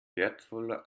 wertvoller